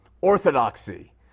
orthodoxy